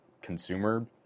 consumer